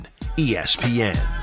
ESPN